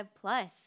plus